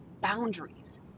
boundaries